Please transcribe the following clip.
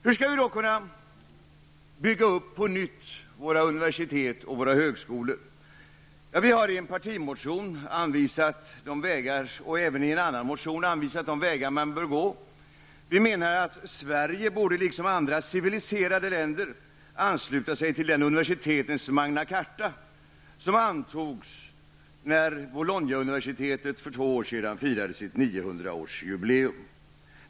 Hur skall vi då på nytt kunna bygga upp våra universitet och högskolor? Vi har i vår partimotion och även i en annan motion anvisat de vägar man bör gå. Vi menar att Sverige liksom andra civiliserade länder borde ansluta sig till det univeristetens Magna Carta som antogs när Bolognauniversitetet för två år sedan firade sitt 900-årsjubileum.